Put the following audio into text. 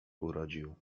urodził